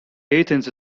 athens